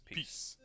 Peace